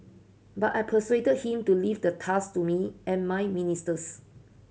but I persuaded him to leave the task to me and my ministers